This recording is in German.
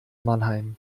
mannheim